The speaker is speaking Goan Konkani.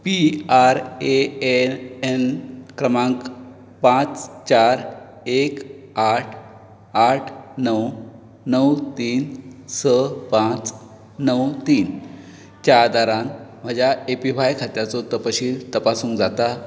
P R A A N क्रमांक पाच चार एक आठ आठ णव णव तीन स पांच णव तीन च्या आदारान म्हज्या ए पी व्हाय खात्याचो तपशील तपासूंक जाता